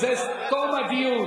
זה תום הדיון,